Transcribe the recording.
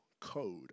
code